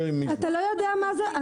אתה לא יודע מה זה.